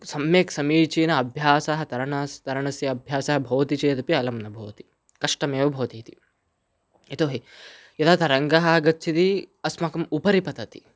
सम्यक् समीचीनः अभ्यासः तरणस्य तरणस्य अभ्यासः भवति चेदपि अलं न भवति कष्टमेव भवतीति यतो हि यदा तरङ्गः आगच्छति अस्माकम् उपरि पतति